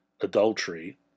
adultery